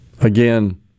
Again